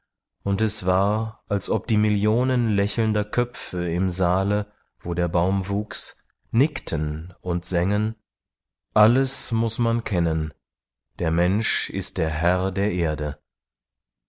und es war als ob die millionen lächelnder köpfe im saale wo der baum wuchs nickten und sängen alles muß man kennen der mensch ist der herr der erde